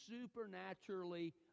supernaturally